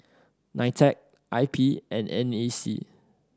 NITEC I P and N A C